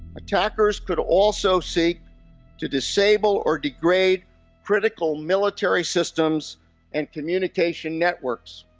attackers could also seek to disable or degrade critical military systems and communication networks.